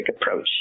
approach